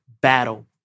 battle